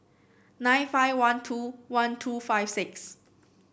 nine five one two one two five six